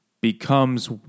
becomes